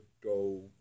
go